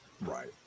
right